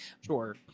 Sure